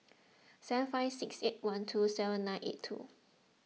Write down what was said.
seven five six eight one two seven nine eight two